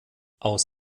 aus